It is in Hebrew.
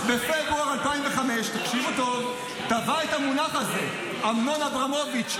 תקשיבו טוב: בפברואר 2005 תבע את המונח הזה אמנון אברמוביץ',